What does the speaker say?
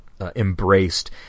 embraced